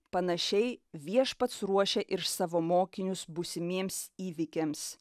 panašiai viešpats ruošia ir savo mokinius būsimiems įvykiams